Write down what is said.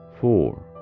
four